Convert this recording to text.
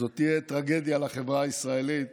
זו תהיה טרגדיה לחברה הישראלית